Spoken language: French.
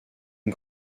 une